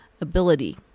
ability